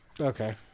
Okay